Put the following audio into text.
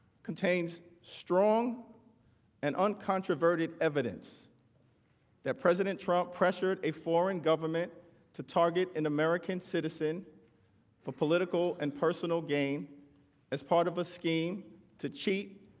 contains strong and uncontroverted evidence that president trump pressured a foreign government to target an american citizen for political and personal gain as part of a scheme to cheat